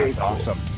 Awesome